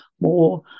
more